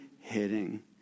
hitting